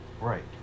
Right